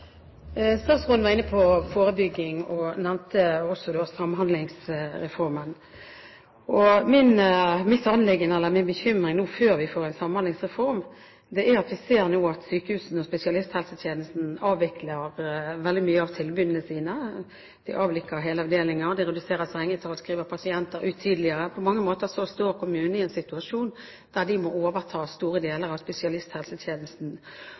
Statsråden var inne på forebygging og nevnte også da Samhandlingsreformen. Min bekymring før vi får en samhandlingsreform, er at vi nå ser at sykehusene og spesialisthelsetjenesten avvikler veldig mange av tilbudene sine. De avvikler hele avdelinger, de reduserer antall senger og skriver pasienter ut tidligere. På mange måter står kommunene i en situasjon der de må overta store deler av spesialisthelsetjenesten.